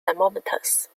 thermometers